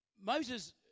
Moses